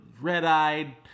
Red-Eyed